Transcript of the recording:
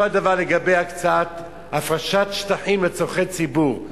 אותו הדבר לגבי הקצאת, הפרשת שטחים לצורכי ציבור.